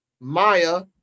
Maya